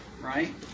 right